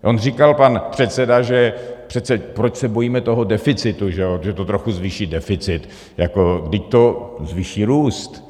On říkal pan předseda přece, proč se bojíme toho deficitu, že to trochu zvýší deficit, vždyť to zvýší růst.